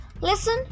Listen